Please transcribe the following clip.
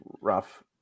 Rough